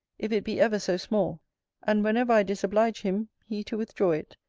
if it be ever so small and whenever i disoblige him, he to withdraw it,